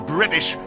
British